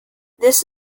this